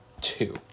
two